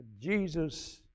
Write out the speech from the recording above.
Jesus